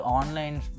online